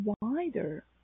wider